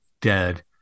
dead